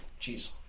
jeez